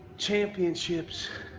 championships,